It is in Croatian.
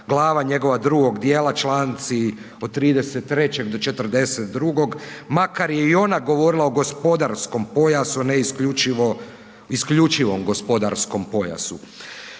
glava njegova 2 dijela, članci od 33. do 42., makar je i ona govorila o gospodarskom pojasu ne isključivo, isključivom gospodarskom pojasu.